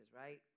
right